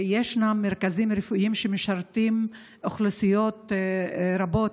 יש מרכזים רפואיים שמשרתים אוכלוסיות רבות,